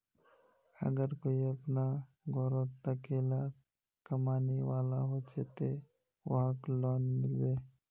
अगर कोई अपना घोरोत अकेला कमाने वाला होचे ते वहाक लोन मिलबे?